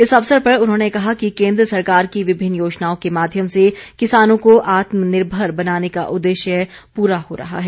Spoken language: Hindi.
इस अवसर पर उन्होंने कहा कि केन्द्र सरकार की विभिन्न योजनाओं के माध्यम से किसानों को आत्मनिर्भर बनाने का उद्देश्य पूरा हो रहा है